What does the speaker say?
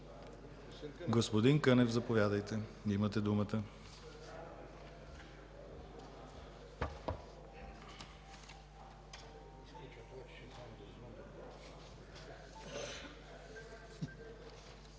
Господин Кънев, заповядайте, имате думата.